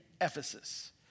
Ephesus